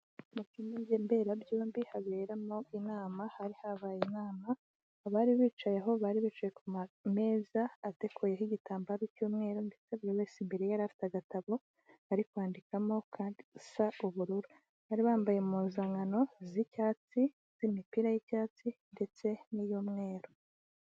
Mu nzi nini mberabyombi haberamo inama hari habaye inama, abari bicaye aho bari bicaye ku ma meza adekoyeho igitambaro cy'umweru ndetse buri wese imbere yari afite agatabo ari kwandikamo kandi gasa ubururu, bari bambaye impuzankano z'icyatsi z'imipira y'icyatsi ndetse n'iy'umweru.